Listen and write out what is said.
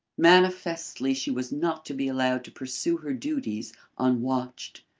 manifestly she was not to be allowed to pursue her duties unwatched.